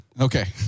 Okay